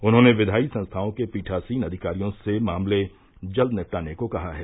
उन्होंने विधायी संस्थाओं के पीठासीन अधिकारियों से मामले जल्द निपटाने को कहा है